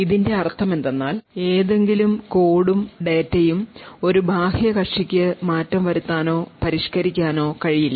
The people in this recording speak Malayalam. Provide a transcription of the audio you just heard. ഇതിന്റെ അർത്ഥമെന്തെന്നാൽ ഏതെങ്കിലും കോഡും ഡാറ്റയും ഒരു ബാഹ്യ കക്ഷിക്ക് മാറ്റം വരുത്താനോ പരിഷ്കരിക്കാനോ കഴിയില്ല